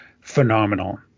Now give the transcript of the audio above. phenomenal